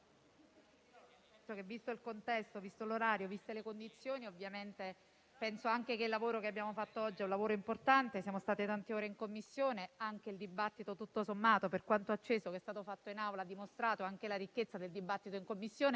visto il contesto, visto l'orario e viste le condizioni, penso anche che il lavoro che abbiamo fatto oggi sia importante. Siamo stati tante ore in Commissione e anche il dibattito, per quanto acceso, svolto in Aula ha dimostrato la ricchezza del dibattito in Commissione